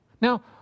Now